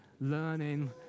learning